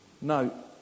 No